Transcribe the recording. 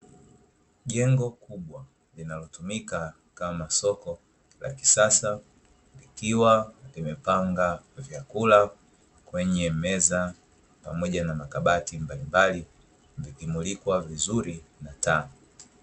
Jengo kubwa linalotumika kama soko la kisasa likiwa limepanga vyakula kwenye meza pamoja na makabati mbalimbali yakimulikwa vizuri na taa.